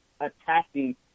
attacking